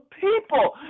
people